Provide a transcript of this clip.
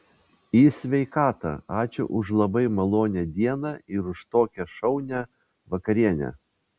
į sveikatą ačiū už labai malonią dieną ir už tokią šaunią vakarienę